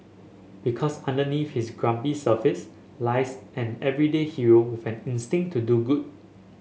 because underneath his grumpy surface lies an everyday hero with an instinct to do good